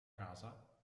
casa